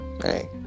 Hey